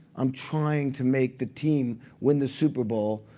i'm trying to make the team win the super bowl.